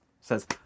says